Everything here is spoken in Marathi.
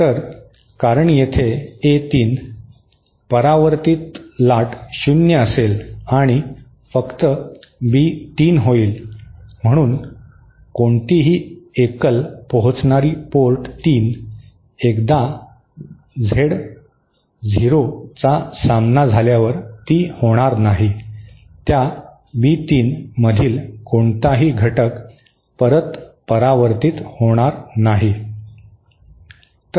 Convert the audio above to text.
तर कारण येथे ए 3 परावर्तीत लाट शून्य असेल आणि फक्त बी 3 होईल म्हणून कोणतीही एकल पोहोचणारी पोर्ट 3 एकदा झेड झिरो चा सामना झाल्यावर ती होणार नाही त्या बी 3 मधील कोणताही घटक परत परावर्तीत होणार नाही